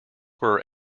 were